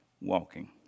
walking